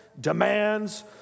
demands